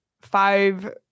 five